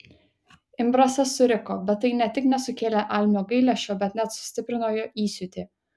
imbrasas suriko bet tai ne tik nesukėlė almio gailesčio bet net sustiprino jo įsiūtį